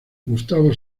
gustavo